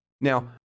Now